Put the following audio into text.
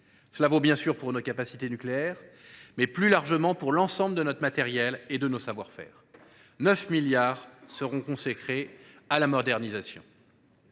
Cela vaut bien sûr pour nos capacités nucléaires, mais plus largement pour l’ensemble de notre matériel et de nos savoir faire. Ainsi, 9 milliards d’euros seront consacrés à la modernisation.